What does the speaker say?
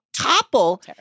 topple